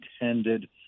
intended